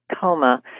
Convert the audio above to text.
coma